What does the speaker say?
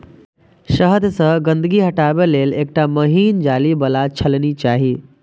शहद सं गंदगी हटाबै लेल एकटा महीन जाली बला छलनी चाही